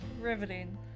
Riveting